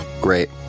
Great